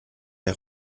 der